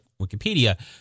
Wikipedia